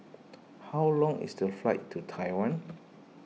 how long is the flight to Taiwan